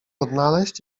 odnaleźć